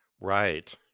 right